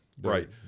Right